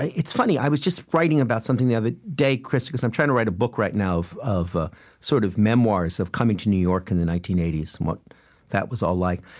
it's funny, i was just writing about something the other day, krista, because i'm trying to write a book right now of of ah sort of memoirs of coming to new york in the nineteen eighty s and what that was all like.